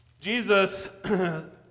Jesus